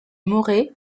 morez